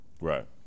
Right